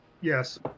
Yes